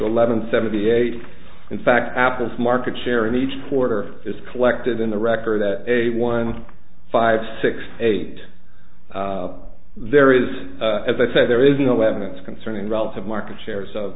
eleven seventy eight in fact apple's market share in each quarter is collected in the record that a one five six eight there is as i said there is no evidence concerning relative market shares of